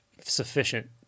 sufficient